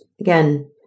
again